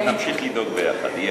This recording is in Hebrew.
נמשיך לדאוג ביחד.